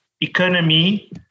economy